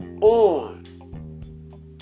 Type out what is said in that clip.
on